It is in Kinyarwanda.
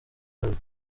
akazi